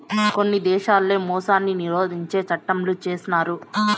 కొన్ని దేశాల్లో మోసాన్ని నిరోధించే చట్టంలను చేసినారు